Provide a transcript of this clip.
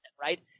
right